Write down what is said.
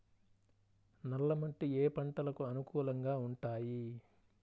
నల్ల మట్టి ఏ ఏ పంటలకు అనుకూలంగా ఉంటాయి?